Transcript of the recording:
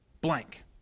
blank